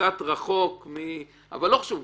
רחוק אבל לא חשוב,